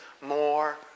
more